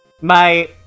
My-